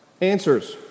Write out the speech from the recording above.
answers